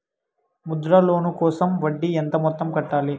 Mudra loan కోసం వడ్డీ ఎంత మొత్తం కట్టాలి